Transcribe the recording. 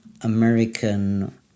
American